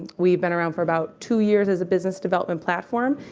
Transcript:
we've been around for about two years as a business development platform.